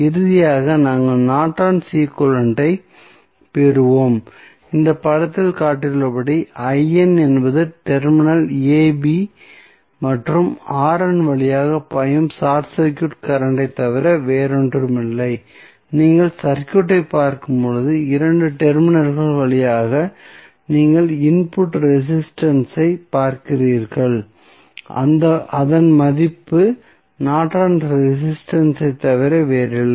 இறுதியாக நாங்கள் Norton equivalent ஐப் பெறுவோம் இந்த படத்தில் காட்டப்பட்டுள்ளபடி என்பது டெர்மினல் ab மற்றும் வழியாக பாயும் ஷார்ட் சர்க்யூட் கரண்ட் ஐ தவிர வேறொன்றுமில்லை நீங்கள் சர்க்யூட்டை பார்க்கும் போது இந்த 2 டெர்மினல்கள் வழியாக நீங்கள் இன்புட் ரெசிஸ்டன்ஸ் ஐ பார்க்கிறீர்கள் அதன் மதிப்பு நார்டனின் ரெசிஸ்டன்ஸ் ஐத் Nortons resistance தவிர வேறில்லை